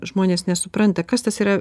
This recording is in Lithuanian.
žmonės nesupranta kas tas yra